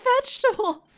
vegetables